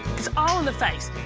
it's all in the face.